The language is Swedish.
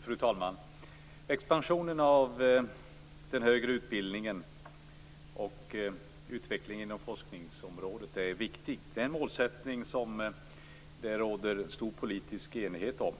Fru talman! Expansionen av den högre utbildningen och utvecklingen inom forskningsområdet är viktig. Det är en målsättning som det råder stor politisk enighet om.